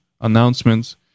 announcements